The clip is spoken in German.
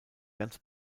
ganz